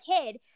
kid